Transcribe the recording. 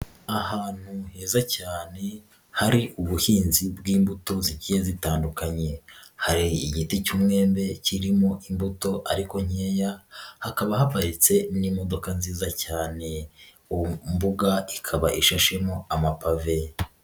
Ahantu heza cyane hari ubuhinzi bw'imbuto zigiye zitandukanye, hari igiti cy'umwembe kirimo imbuto, harimo inkeya hakaba haparitse n'imodoka nziza cyane, imbuga ikaba ishashemo amapave.